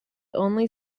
only